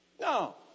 No